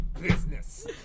business